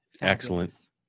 Excellent